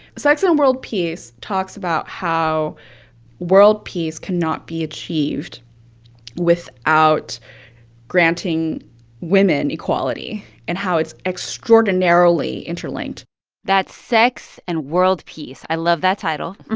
sex and world peace talks about how world peace cannot be achieved without granting women equality and how it's extraordinarily interlinked that's sex and world peace. i love that title.